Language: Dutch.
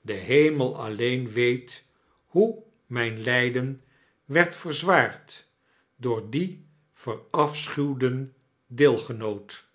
de hemel alleen weet hoe mijn lijden werd verzwaard door dien verafschuwden deelgenoot